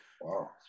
Wow